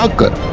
ah good